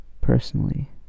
personally